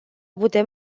putem